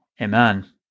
Amen